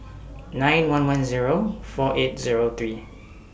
nine one one Zero four eight Zero three